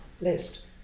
list